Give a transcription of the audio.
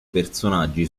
personaggi